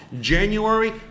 January